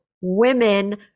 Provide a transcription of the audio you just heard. women